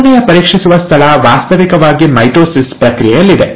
ಮೂರನೆಯ ಪರೀಕ್ಷಿಸುವ ಸ್ಥಳ ವಾಸ್ತವವಾಗಿ ಮೈಟೊಸಿಸ್ ಪ್ರಕ್ರಿಯೆಯಲ್ಲಿದೆ